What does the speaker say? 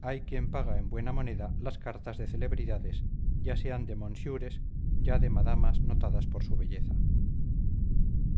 hay quien paga en buena moneda las cartas de celebridades ya sean de monsiures ya de madamas notadas por su belleza